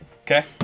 Okay